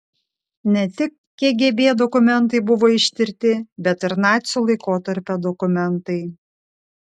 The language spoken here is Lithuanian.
ne tik kgb dokumentai buvo ištirti bet ir nacių laikotarpio dokumentai